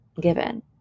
given